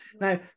Now